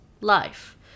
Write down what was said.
life